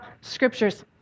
scriptures